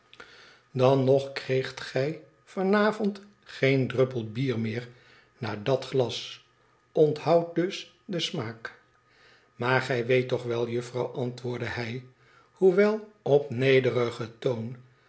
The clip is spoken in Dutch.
dan nog kreegt gij van avond geen druppel bier meer na dat glas onthoud dus den smaak maar gij weet toch wel juffrouw antwoordde hij hoewel op nederigen toon